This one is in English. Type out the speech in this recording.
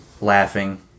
laughing